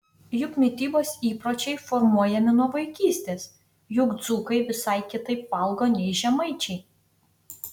juk mitybos įpročiai formuojami nuo vaikystės juk dzūkai visai kitaip valgo nei žemaičiai